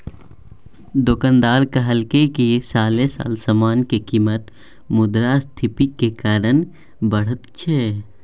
दोकानदार कहलकै साले साल समान के कीमत मुद्रास्फीतिक कारणे बढ़ैत छै